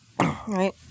right